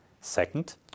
Second